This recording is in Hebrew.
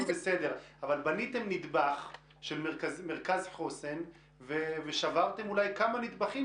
בניתם נדבך של מרכז חוסן ושברתם כמה נדבכים